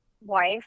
wife